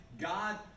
God